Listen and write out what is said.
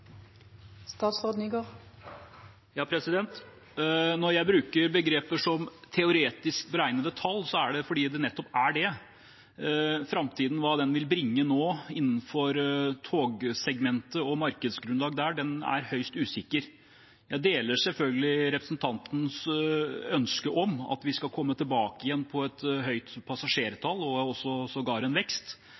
Når jeg bruker begreper som «teoretisk beregnede tall», er det fordi det er nettopp det. Framtiden, og hva den nå vil bringe innenfor togsegmentet og markedsgrunnlaget der, er høyst usikkert. Jeg deler selvfølgelig representantens ønske om at vi skal komme tilbake på et høyt passasjertall og sågar en vekst,